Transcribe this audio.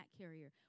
carrier